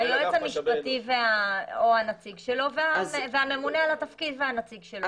היועץ המשפטי או הנציג שלו והממונה על התפקיד והנציג שלו.